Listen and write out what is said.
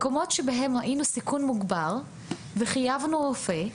מקומות שבהם ראינו סיכון מוגבר וחייבנו רופא,